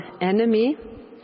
enemy